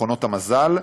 מכונות המזל,